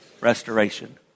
restoration